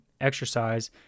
exercise